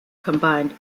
combined